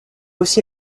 aussi